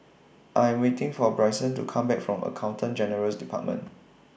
I Am waiting For Brycen to Come Back from Accountant General's department